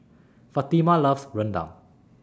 Fatima loves Rendang